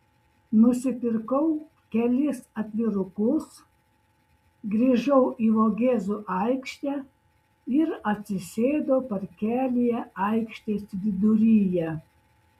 nusipirkau kelis atvirukus grįžau į vogėzų aikštę ir atsisėdau parkelyje aikštės viduryje